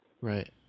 Right